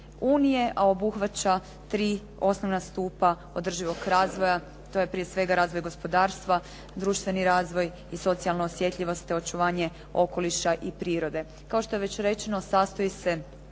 unije a obuhvaća tri osnovna stupa održivog razvoja, to je prije svega razvoj gospodarstva, društveni razvoj i socijalna osjetljivost te očuvanje okoliša i prirode. Kao što je već rečeno sastoji se